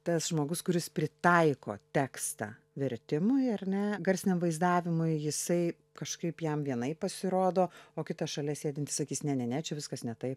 tas žmogus kuris pritaiko tekstą vertimui ar ne garsiniam vaizdavimui jisai kažkaip jam vienaip pasirodo o kitas šalia sėdintis sakys ne ne ne čia viskas ne taip